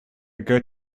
good